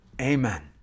Amen